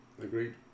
agreed